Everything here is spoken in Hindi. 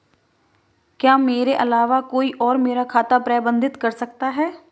क्या मेरे अलावा कोई और मेरा खाता प्रबंधित कर सकता है?